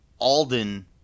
Alden